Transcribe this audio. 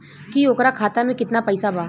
की ओकरा खाता मे कितना पैसा बा?